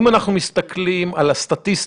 אם אנחנו מתסכלים על הסטטיסטיקה